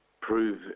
prove